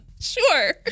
Sure